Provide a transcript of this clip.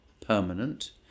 permanent